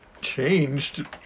changed